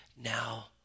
now